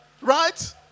Right